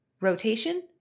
rotation